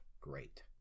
great